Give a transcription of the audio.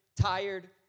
tired